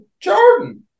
Jordan